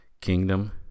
Kingdom